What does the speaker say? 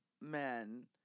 men